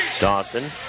Dawson